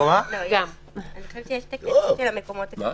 אני חושבת שיש תקנות של מקומות קדושים,